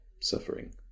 suffering